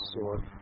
sword